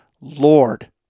Lord